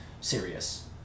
serious